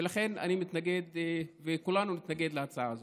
ולכן אני מתנגד וכולנו נתנגד להצעה הזאת.